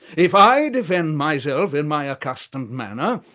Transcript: if i defend myself in my accustomed manner,